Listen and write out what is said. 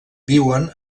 viuen